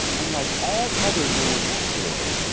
unlike all other known asteroids,